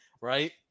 right